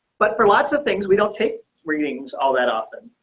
but for lots of things we don't take readings all that often.